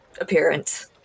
appearance